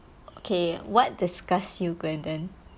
okay what disgusts you graydon